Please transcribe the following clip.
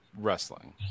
Wrestling